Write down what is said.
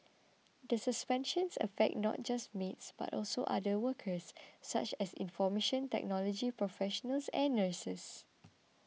the suspension affects not just maids but also other workers such as information technology professionals and nurses